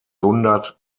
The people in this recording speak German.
hundert